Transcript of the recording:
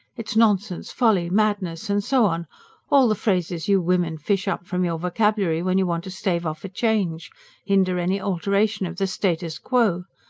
it's nonsense. folly. madness. and so on all the phrases you women fish up from your vocabulary when you want to stave off a change hinder any alteration of the status quo.